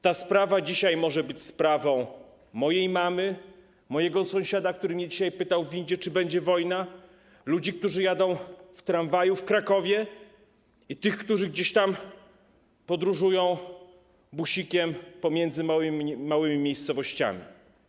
Ta sprawa dzisiaj może być sprawą mojej mamy, mojego sąsiada, który mnie dzisiaj pytał w windzie, czy będzie wojna, ludzi, którzy jadą tramwajem w Krakowie, i tych, którzy gdzieś tam podróżują busikiem pomiędzy małymi miejscowościami.